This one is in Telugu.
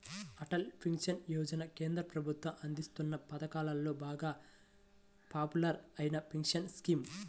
అటల్ పెన్షన్ యోజన కేంద్ర ప్రభుత్వం అందిస్తోన్న పథకాలలో బాగా పాపులర్ అయిన పెన్షన్ స్కీమ్